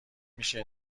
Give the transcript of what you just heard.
میشه